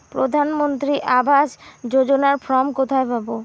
প্রধান মন্ত্রী আবাস যোজনার ফর্ম কোথায় পাব?